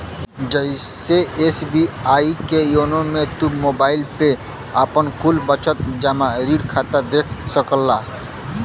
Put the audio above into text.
जइसे एस.बी.आई के योनो मे तू मोबाईल पे आपन कुल बचत, जमा, ऋण खाता देख सकला